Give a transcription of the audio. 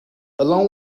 along